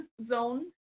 zone